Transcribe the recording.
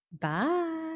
Bye